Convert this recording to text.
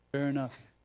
fair enough.